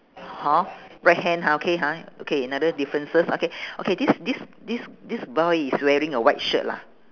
hor right hand ha okay ha okay another differences okay okay this this this this boy is wearing a white shirt lah